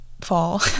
fall